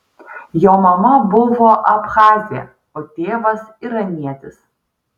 jo mama buvo abchazė o tėvas iranietis